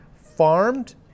farmed